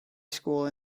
school